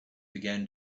began